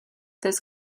this